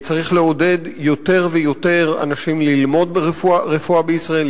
צריך לעודד יותר ויותר אנשים ללמוד רפואה בישראל,